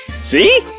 See